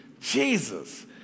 Jesus